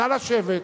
נא לשבת.